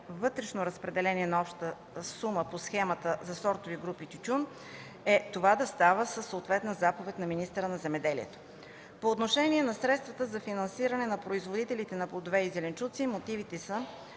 вътрешно разпределение на общата сума по схемата по сортови групи тютюн е това да става със заповед на министъра на земеделието. По отношение на средствата за финансиране на производителите на плодове и зеленчуци мотивите са,